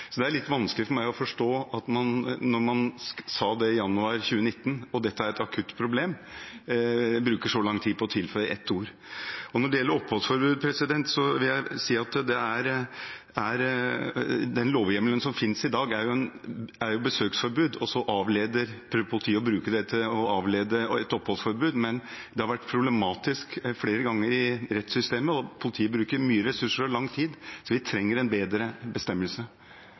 Det er litt vanskelig for meg å forstå at man, når man sa det i januar 2019, og dette er et akutt problem, bruker så lang tid på å tilføye ett ord. Når det gjelder oppholdsforbud, vil jeg si at den lovhjemmelen som finnes i dag, gjelder besøksforbud, og politiet bruker det som en avledning: oppholdsforbud. Men det har vært problematisk flere ganger i rettssystemet, og politiet bruker mye ressurser og lang tid, så vi trenger en bedre bestemmelse.